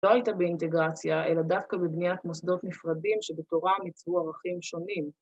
לא הייתה באינטגרציה, אלא דווקא בבניית מוסדות נפרדים שבתורם יצרו ערכים שונים.